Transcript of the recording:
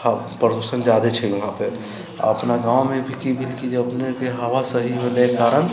हँ प्रदूषण जादे छै वहाँ पे आ अपना गाँवमे भी की भेल की जे अपनेकेँ हवा सही होलेके कारण